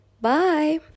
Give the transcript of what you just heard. Bye